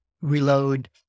Reload